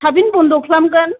थाबैनो बन्द' खालामगोन